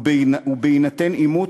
ובהינתן עימות,